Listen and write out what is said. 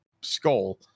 skull